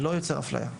זה לא יוצר אפליה.